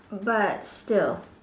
but still